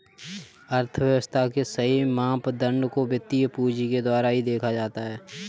अर्थव्यव्स्था के सही मापदंड को वित्तीय पूंजी के द्वारा ही देखा जाता है